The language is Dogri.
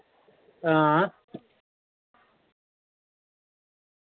आं